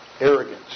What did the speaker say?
arrogance